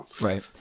Right